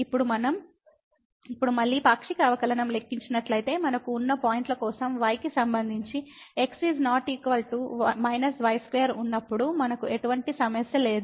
ఇప్పుడు మనం మళ్ళీ పాక్షిక అవకలనం ఆపాదించినట్లైతే మనకు ఉన్న పాయింట్ల కోసం y కి సంబంధించి x ≠ −y2 ఉన్నప్పుడు మనకు ఎటువంటి సమస్య లేదు